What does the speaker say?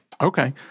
Okay